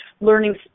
learning